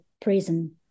prison